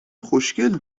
خوشکل